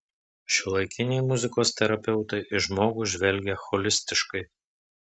šiuolaikiniai muzikos terapeutai į žmogų žvelgia holistiškai